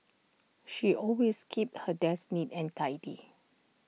she always keeps her desk neat and tidy